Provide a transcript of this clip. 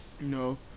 No